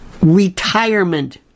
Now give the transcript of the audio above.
retirement